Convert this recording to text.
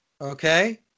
okay